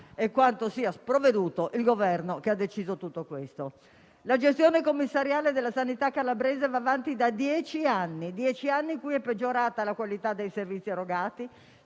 e la sprovvedutezza del Governo che ha deciso tutto questo. La gestione commissariale della sanità calabrese va avanti da dieci anni, durante i quali è peggiorata la qualità dei servizi erogati,